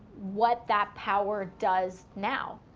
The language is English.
what that power does now.